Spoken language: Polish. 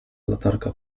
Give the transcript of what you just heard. latarka